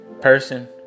person